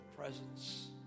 presence